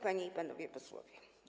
Panie i Panowie Posłowie!